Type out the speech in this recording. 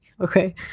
okay